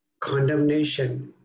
condemnation